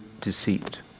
deceit